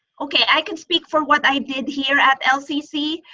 okay, i can speak for what i did here at lcc.